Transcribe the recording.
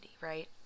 right